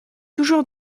toujours